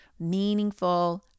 meaningful